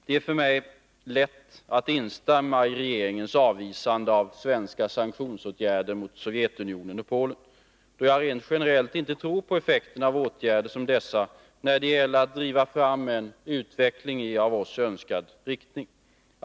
Det är för mig lätt att instämma i regeringens avvisande av svenska sanktionsåtgärder mot Sovjetunionen och Polen, då jag rent generellt inte tror på effekten av åtgärder som dessa när det gäller att driva fram en utveckling i av oss önskad riktning.